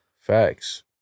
Facts